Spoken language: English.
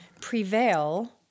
prevail